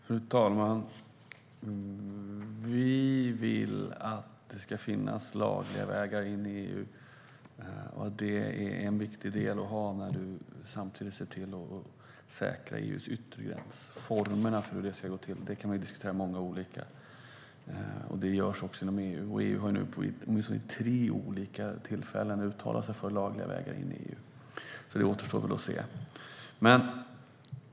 Fru talman! Vi vill att det ska finnas lagliga vägar in i EU. Det är viktigt att vi har det när vi samtidigt säkrar EU:s yttre gränser. Formerna för hur det ska gå till kan vi diskutera, och det kan vara många olika. Det diskuteras också inom EU. EU har nu vid åtminstone tre tillfällen uttalat sig för lagliga vägar in i EU, men det återstår väl att se.